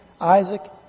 Isaac